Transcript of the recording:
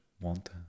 want